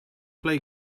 play